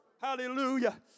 Hallelujah